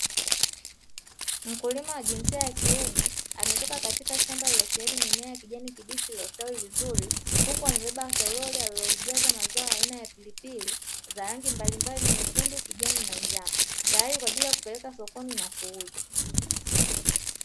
Mkulima wa jinsia ya kiume ametoka katika shamba lililosheheni mimea ya kijani kibichi lililostawi vizuri huku amebeba toroli, alilolijaza mazao aina ya pilipili za rangi mbalimbali nyekundu kijani na njano tayari kwa ajili ya kupeleka sokoni na kuuza.